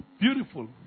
beautiful